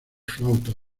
flautas